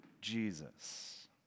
Jesus